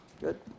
Good